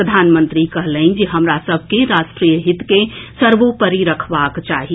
प्रधानमंत्री कहलनि जे हमरा सभ के राष्ट्रीय हित के सर्वोपरि रखबाक चाही